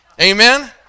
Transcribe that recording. Amen